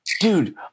Dude